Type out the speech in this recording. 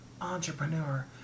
entrepreneur